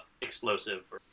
explosive